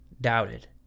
doubted